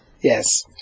Yes